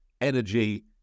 energy